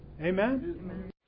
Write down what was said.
Amen